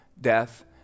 death